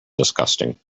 disgusting